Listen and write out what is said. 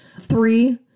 three